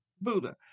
Buddha